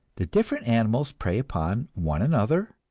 the different animals prey upon one another,